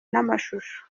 n’amashusho